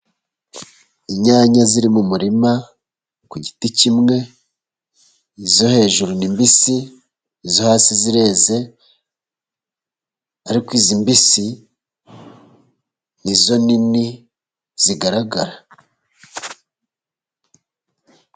Inyanya ziri mu murima ku giti kimwe，izo hejuru ni mbisi，izo hasi zireze ariko izi mbisi nizo nini zigaragara.